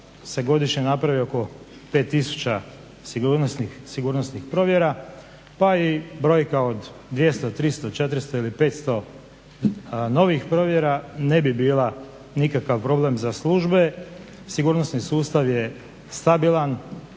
se godišnje napravi oko 5 tisuća sigurnosnih provjera. Pa i brojka od 200, 300, 400 ili 500 novih provjera ne bi bila nikakav problem za službe. Sigurnosni sustav je stabilan,